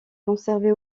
conservée